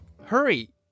Hurry